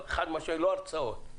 לא הרצאות.